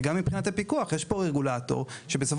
וגם מבחינת הפיקוח יש פה רגולטור שבסופו